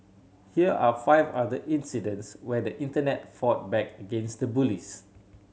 here are five other incidents where the Internet fought back against the bullies